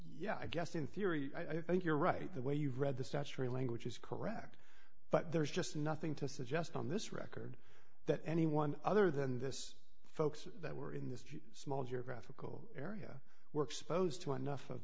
yeah i guess in theory i think you're right the way you read the statutory language is correct but there's just nothing to suggest on this record that anyone other than this folks that were in this small geographical area were exposed to enough of